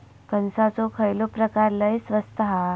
कणसाचो खयलो प्रकार लय स्वस्त हा?